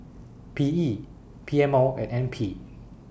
P E P M O and N P